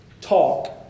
talk